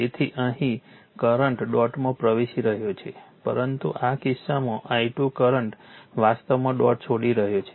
તેથી અહીં કરંટ ડોટમાં પ્રવેશી રહ્યો છે પરંતુ આ કિસ્સામાં i2 કરંટ વાસ્તવમાં ડોટ છોડી રહ્યો છે